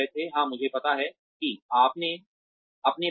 हां मुझे पता है कि अपने बारे में